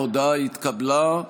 ההודעה התקבלה.